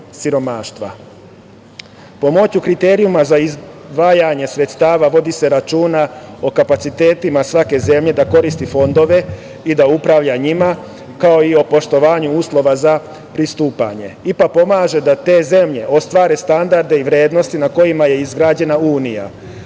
kriterijuma za izdvajanje sredstava vodi se računa o kapacitetima svake zemlje da koristi fondove i da upravlja njima, kao i o poštovanju uslova za pristupanje. IPA pomaže da te zemlje ostvare standarde i vrednosti na kojima je izgrađena unija.